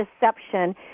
Deception